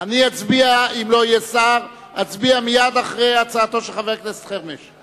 אם לא יהיה שר אני אצביע מייד לאחר הצעתו של חבר הכנסת חרמש.